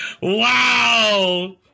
Wow